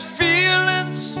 feelings